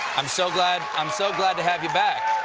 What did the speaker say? i'm so glad i'm so glad to have you back.